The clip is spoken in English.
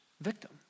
victim